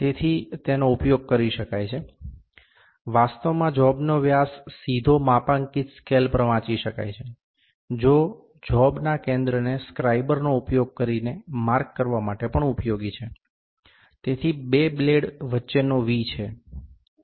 તેથી તેનો ઉપયોગ કરી શકાય છે વાસ્તવમાં જોબ નો વ્યાસ સીધો માપાંકિત સ્કેલ પર વાંચી શકાય છે જે જોબ ના કેન્દ્રને સ્ક્રાઇબરનો ઉપયોગ કરીને માર્ક કરવા માટે ઉપયોગી છે તેથી બે બ્લેડ વચ્ચેનો V છે